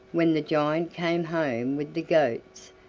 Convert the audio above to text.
when the giant came home with the goats,